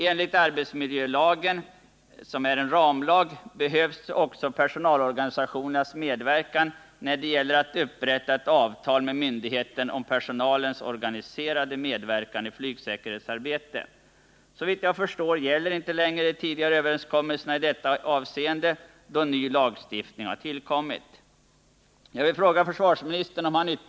Enligt arbetsmiljölagen, som är en ramlag, behövs också personalorganisationernas medverkan när det gäller att upprätta ett avtal med myndigheten om personalens organiserade medverkan i flygsäkerhetsarbetet. Såvitt jag förstår gäller inte längre de tidigare överenskommelserna i detta avseende, då ny lagstiftning har tillkommit.